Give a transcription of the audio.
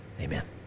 amen